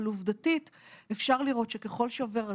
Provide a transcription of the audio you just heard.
אבל עובדתית אפשר לראות שככל שעובר הזמן,